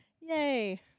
Yay